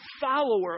follower